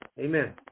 Amen